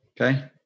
Okay